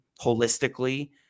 holistically